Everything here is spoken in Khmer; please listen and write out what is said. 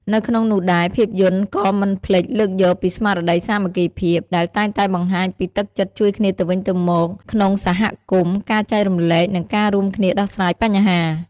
នៅក្នុងនោះដែរ ភាពយន្តក៏មិនភ្លេចលើកយកពីស្មារតីសាមគ្គីភាព ដែលតែងតែបង្ហាញពីទឹកចិត្តជួយគ្នាទៅវិញទៅមកក្នុងសហគមន៍ ការចែករំលែក និងការរួមគ្នាដោះស្រាយបញ្ហា ។